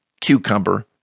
cucumber